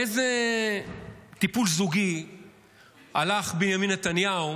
באיזה טיפול זוגי הלך בנימין נתניהו